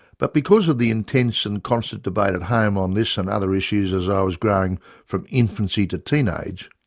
but because of the intense and constant debate at home on this and other issues as i was growing from infancy to teenage,